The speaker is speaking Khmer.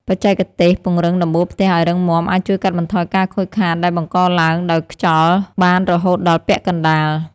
បច្ចេកទេសពង្រឹងដំបូលផ្ទះឱ្យរឹងមាំអាចជួយកាត់បន្ថយការខូចខាតដែលបង្កឡើងដោយខ្យល់បានរហូតដល់ពាក់កណ្តាល។